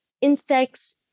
insects